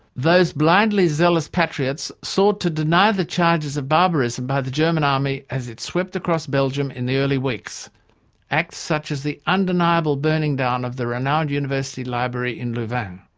those blindly zealous patriots sought to deny the charges of barbarism by the german army as it swept across belgium in the early weeks acts such as the undeniable burning down of the renowned university library in louvain.